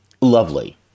lovely